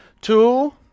Two